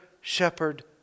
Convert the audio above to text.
shepherd